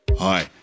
Hi